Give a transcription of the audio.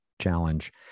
challenge